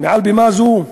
מעל בימה זו,